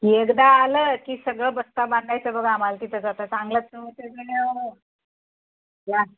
एकदा आलं की सगळं बस्ता बांधायचा बघा आम्हाला तिथंच आता चांगलं द्या